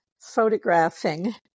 photographing